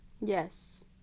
Yes